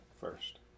first